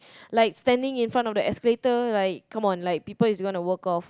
like standing in front of the escalator like come on like people is going to walk off